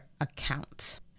account